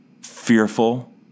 fearful